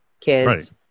kids